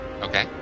Okay